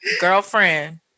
Girlfriend